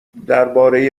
درباره